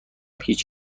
هیچ